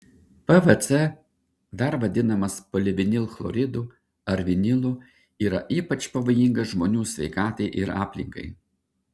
pvc dar vadinamas polivinilchloridu ar vinilu yra ypač pavojingas žmonių sveikatai ir aplinkai